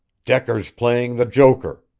decker's playing the joker,